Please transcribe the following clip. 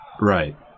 Right